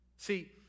See